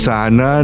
Sana